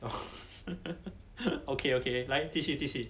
orh okay okay 来继续继续